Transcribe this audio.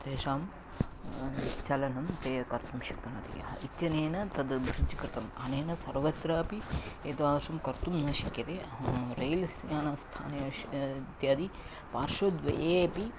तेषां चलनं ते कर्तुं शक्नोति यः इत्यनेन तद् ब्रिज् कृतम् अनेन सर्वत्रापि एतादृशं कर्तुं न शक्यते रैल् यानस्थानेष् इत्यादिपार्श्वद्वये अपि